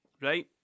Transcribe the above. right